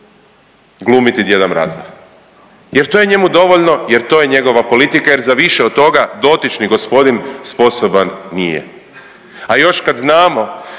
glumiti djeda mraza jer to je njemu dovoljno, jer to je njegova politika jer za više od toga dotični gospodin sposoban nije. A još kad znamo